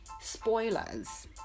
spoilers